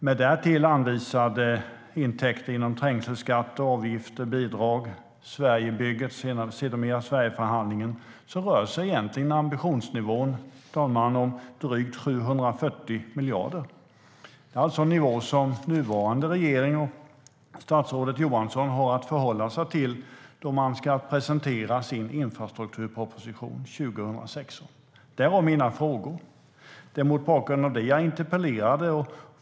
Med därtill anvisade intäkter från trängselskatt, avgifter, bidrag och Sverigebygget - sedermera Sverigeförhandlingen - rör sig ambitionsnivån egentligen om drygt 740 miljarder, fru talman. Det är alltså en nivå nuvarande regering och statsrådet Johansson har att förhålla sig till då man ska presentera sin infrastrukturproposition 2016. Det var mina frågor, och det var mot bakgrund av det jag interpellerade.